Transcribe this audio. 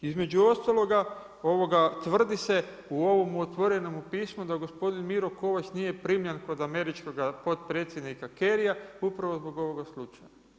Između ostaloga tvrdi se u ovom otvorenom pismu da gospodin Miro Kovač nije primljen kod američkog potpredsjednika Carya upravo zbog ovoga slučaja.